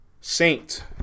Saint